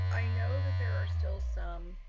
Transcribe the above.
i know that there are still some